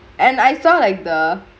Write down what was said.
and I saw like the